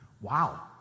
wow